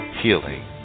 healing